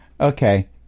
Okay